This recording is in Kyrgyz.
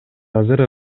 азыр